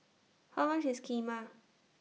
How much IS Kheema